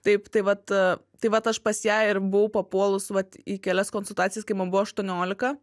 taip tai vat tai vat aš pas ją ir buvau papuolus vat į kelias konsultacijas kai man buvo aštuoniolika